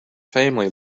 family